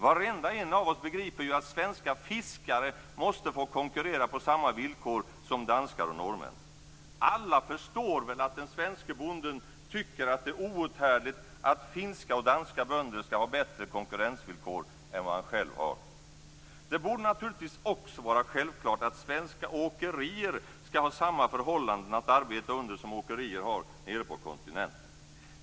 Varenda en av oss begriper att svenska fiskare måste få konkurrera på samma villkor som danskar och norrmän. Alla förstår väl att den svenske bonden tycker att det är outhärdligt att finska och danska bönder skall ha bättre konkurrensvillkor än vad han själv har. Det borde naturligtvis också vara självklart att svenska åkerier skall ha samma förhållanden att arbeta under som åkerier har nere på kontinenten.